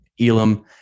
Elam